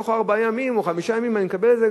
תוך ארבעה ימים או חמישה ימים אני מקבל את זה,